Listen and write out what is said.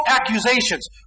accusations